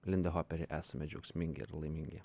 lindihope esame džiaugsmingi ir laimingi